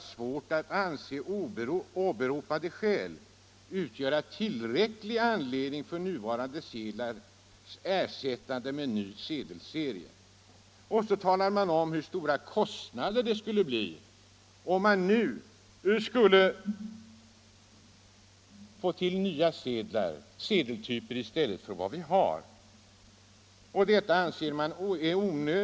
vara svårt att anse åberopade skäl utgöra tillräcklig anledning för nuvarande sedlars ersättande med ny sedelserie.” Därefter talar fullmäktige om hur stora kostnaderna skulle bli om man nu skulle införa nya sedeltyper i stället för dem vi har.